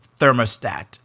thermostat